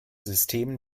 system